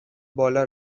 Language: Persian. بالا